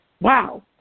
Wow